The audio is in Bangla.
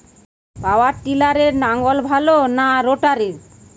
পাওয়ার টিলারে লাঙ্গল ভালো না রোটারের?